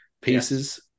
pieces